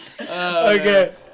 Okay